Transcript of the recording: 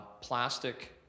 plastic